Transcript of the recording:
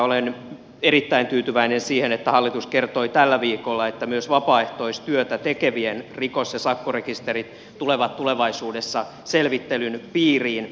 olen erittäin tyytyväinen siitä että hallitus kertoi tällä viikolla että myös vapaaehtoistyötä tekevien rikos ja sakkorekisterit tulevat tulevaisuudessa selvittelyn piiriin